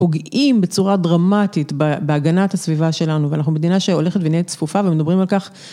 פוגעים בצורה דרמטית בהגנת הסביבה שלנו ואנחנו מדינה שהולכת ונהיה צפופה ומדברים על כך.